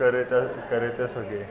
करे त करे त सघे